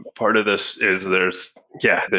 part of this is there's yeah, but